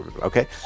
Okay